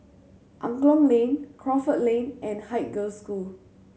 Angklong Lane Crawford Lane and Haig Girls' School